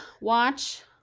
watch